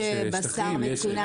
יש בשר מצונן טרי, וזה התחליף.